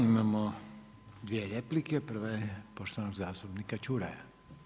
Imamo 2 replike, prva je poštovanog zastupnika Čuraja.